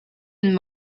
and